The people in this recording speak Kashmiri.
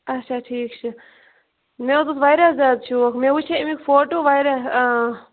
اچھا ٹھیٖک چھُ مےٚ حظ اوس واریاہ زیادٕ شوق مےٚ وچھے امکۍ فوٹو واریاہ